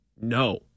no